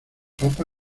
papa